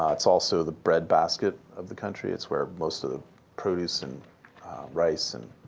um it's also the breadbasket of the country. it's where most of the produce and rice and